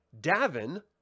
Davin